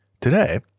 Today